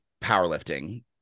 powerlifting